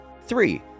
Three